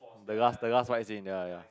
the last last one as in ya ya ya